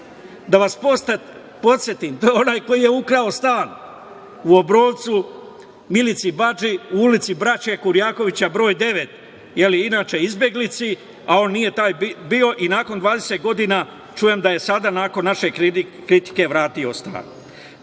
Da vas podsetim, to je onaj koji je ukrao stan u Obrovcu Milici Bači u ulici Braće Kurijakovića br. 9, inače izbeglici, a on nije taj bio. Nakon 20 godina, čujem da je sada nakon naše kritike vratio stan.